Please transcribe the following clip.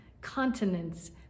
continents